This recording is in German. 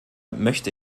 möchte